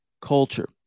culture